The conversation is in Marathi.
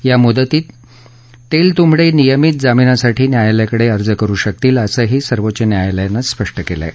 या मुदतीत तेलतुंबडे नियमित जामिनासाठी न्यायालयाकडे अर्ज करु शकतील असंही सर्वोच्च न्यायालयानं स्पष्ट केलं आहे